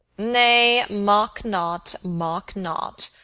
nay, mock not, mock not.